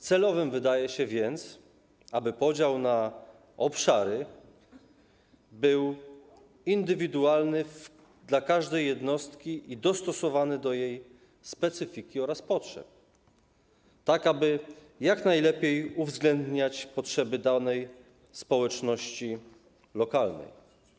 Celowe wydaje się więc, aby podział na obszary był indywidualny w przypadku każdej jednostki i dostosowany do jej specyfiki oraz potrzeb, tak aby jak najlepiej uwzględniać potrzeby danej społeczności lokalnej.